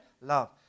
love